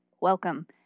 welcome